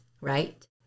right